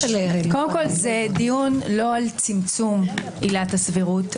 קודם כול זה דיון לא על צמצום עילת הסבירות,